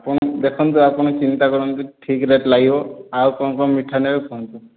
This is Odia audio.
ଆପଣ ଦେଖନ୍ତୁ ଆପଣ ଚିନ୍ତା କରନ୍ତୁ ଠିକ ରେଟ୍ ଲାଗିବ ଆଉ କ'ଣ କ'ଣ ମିଠା ନେବେ କୁହନ୍ତୁ